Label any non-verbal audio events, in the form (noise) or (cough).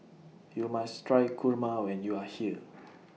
YOU must Try Kurma when YOU Are here (noise)